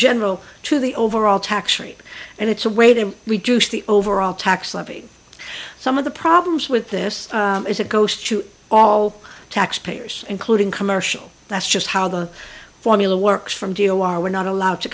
general to the overall tax rate and it's a way to reduce the overall tax levy some of the problems with this is it goes to all taxpayers including commercial that's just how the formula works from v o r we're not allowed to